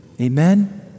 Amen